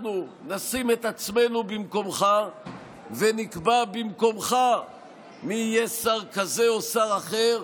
אנחנו נשים את עצמנו במקומך ונקבע במקומך מי יהיה שר כזה או שר אחר,